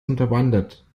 unterwandert